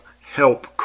help